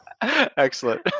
Excellent